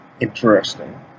interesting